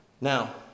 Now